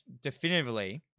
definitively